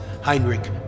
Heinrich